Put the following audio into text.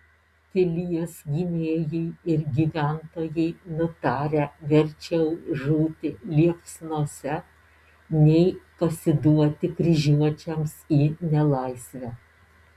pilies gynėjai ir gyventojai nutarę verčiau žūti liepsnose nei pasiduoti kryžiuočiams į nelaisvę